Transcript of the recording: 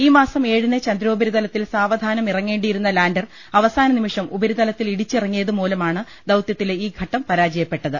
ഈമാസം ഏഴിന് ചന്ദ്രോപരിതലത്തിൽ സാവധാനം ഇറങ്ങേ ണ്ടിയിരുന്ന ലാന്റർ അവസാന നിമിഷം ഉപരിതലത്തിൽ ഇടി ച്ചിറങ്ങിയത് മൂലമാണ് ദൌതൃത്തിലെ ഈ ഘട്ടം പരാജയപ്പെ ട്ടത്